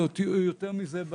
ויותר מזה,